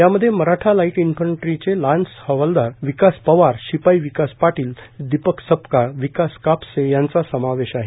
यामध्ये मराठा लाइट इन्फंट्रीचे लान्स हवालदार विकास पवार शिपाई विकास पाटील दीपक सपकाळ विकास कापसे यांचा समावेश आहे